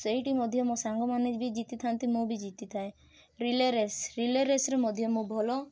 ସେଇଟି ମଧ୍ୟ ମୋ ସାଙ୍ଗ ମାନେ ବି ଜିତିଥାନ୍ତି ମୁଁ ବି ଜିତିଥାଏ ରିଲେ ରେସ୍ ରିଲେ ରେସ୍ ମଧ୍ୟ ମୁଁ ଭଲ